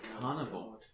Carnival